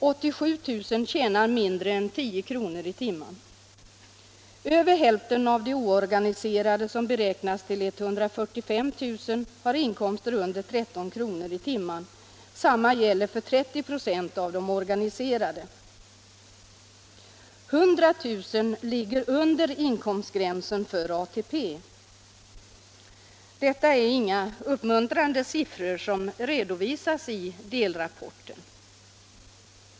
87 000 kvinnor förtjänar mindre än 10 kr. i timmen. Över hälften av de oor — Jämställdhetsfråganiserade, som beräknas till 145 000, har inkomster under 13 kr. i tim = gor m.m. men. Detsamma gäller för 30 96 av de organiserade. 100 000 ligger under inkomstgränsen för ATP. Det är inga uppmuntrande siffror som redovisas i delrapporten.